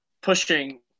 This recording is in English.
pushing